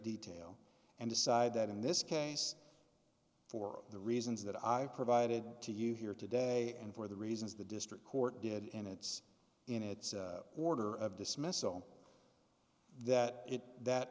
detail and decide that in this case for the reasons that i've provided to you here today and for the reasons the district court did in its in its order of dismissal that it